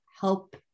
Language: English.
help